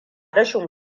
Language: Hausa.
rashin